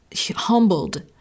humbled